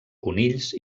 conills